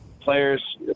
players